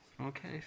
Okay